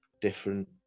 different